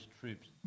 trips